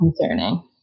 concerning